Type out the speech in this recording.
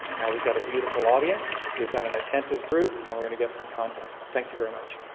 now, we've got a beautiful audience. we've got an attentive group. and we're going to get some content. thank you very much.